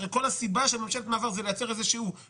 הרי הסיבה של ממשלת מעבר היא לייצר ממשלה